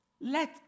let